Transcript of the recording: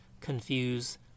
confuse